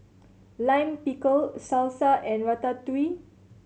Lime Pickle Salsa and Ratatouille